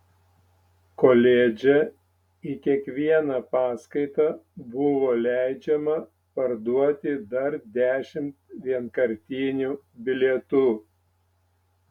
koledže į kiekvieną paskaitą buvo leidžiama parduoti dar dešimt vienkartinių bilietų